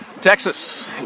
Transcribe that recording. Texas